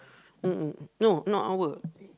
no not hour